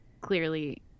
clearly